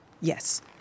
Yes